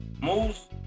moves